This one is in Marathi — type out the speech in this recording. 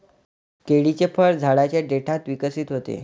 केळीचे फळ झाडाच्या देठात विकसित होते